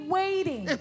waiting